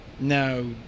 No